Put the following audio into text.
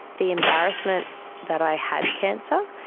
the embarrassment that i had cancer,